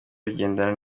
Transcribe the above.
bigendana